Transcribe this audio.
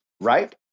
right